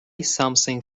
something